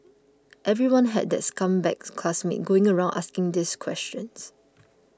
everyone had that scumbag classmate going around asking this questions